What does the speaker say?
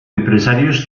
empresarios